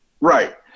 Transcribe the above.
Right